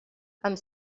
amb